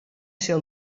sil